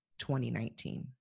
2019